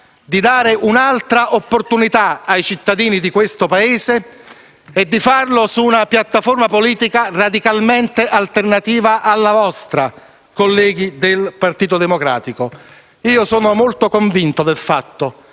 dare un'altra opportunità ai cittadini di questo Paese e farlo attraverso una piattaforma politica radicalmente alternativa alla vostra, colleghi del Partito Democratico. Sono molto convinto del fatto